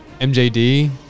MJD